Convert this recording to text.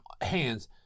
hands